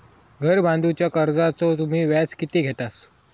घर बांधूच्या कर्जाचो तुम्ही व्याज किती घेतास?